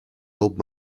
old